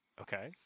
Okay